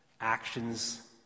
actions